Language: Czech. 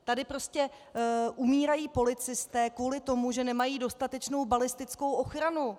Tady prostě umírají policisté kvůli tomu, že nemají dostatečnou balistickou ochranu.